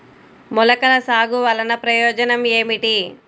మొలకల సాగు వలన ప్రయోజనం ఏమిటీ?